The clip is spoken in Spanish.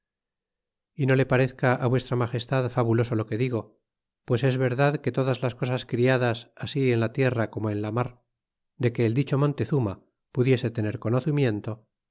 y no le parezca vuestra magestad fabuloso lo que digo pues es verdad que todas las cosas criadas a i en la tierra como en la mar de que el dicho metezuma pudiese tener conoscimiento